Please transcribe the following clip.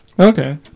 Okay